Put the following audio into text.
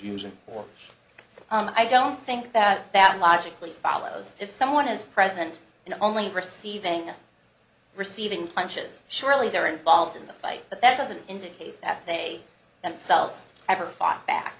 confusion or i don't think that that logically follows if someone is present and only receiving receiving punches surely they're involved in the fight but that doesn't indicate that they themselves ever fought back